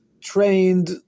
trained